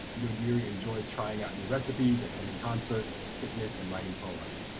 udodiri enjoys trying out new recipes, attending concerts, fitness, and writing poems.